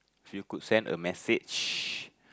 if you could send a message